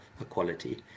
equality